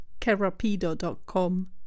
kerapido.com